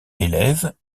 élèves